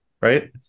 right